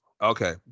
Okay